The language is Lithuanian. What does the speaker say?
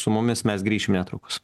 su mumis mes grįšim netrukus